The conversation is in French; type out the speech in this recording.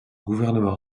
gouvernement